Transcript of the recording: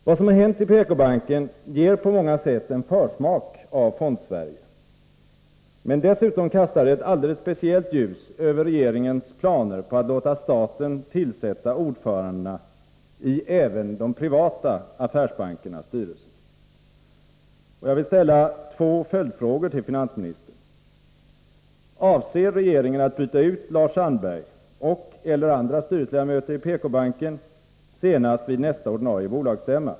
Vad som har hänt i PK-banken ger på många sätt en försmak av Fondsverige. Men dessutom kastar det ett alldeles speciellt ljus över regeringens planer på att låta staten tillsätta ordförandena i även de privata affärsbankernas styrelser. Jag vill ställa två följdfrågor till finansministern. Avser regeringen att byta ut Lars Sandberg och/eller andra styrelseledamöter i PK-banken senast vid nästa ordinarie bolagsstämma?